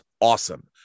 awesome